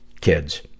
kids